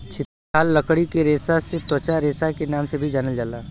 भितर छाल लकड़ी के रेसा के त्वचा रेसा के नाम से भी जानल जाला